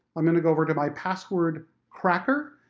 i'm gonna go over to my password cracker,